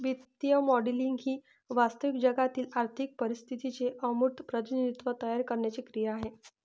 वित्तीय मॉडेलिंग ही वास्तविक जगातील आर्थिक परिस्थितीचे अमूर्त प्रतिनिधित्व तयार करण्याची क्रिया आहे